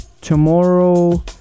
tomorrow